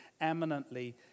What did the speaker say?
eminently